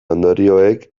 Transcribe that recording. ondorioek